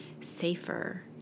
safer